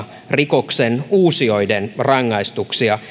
rikoksenuusijoiden rangaistuksia